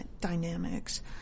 dynamics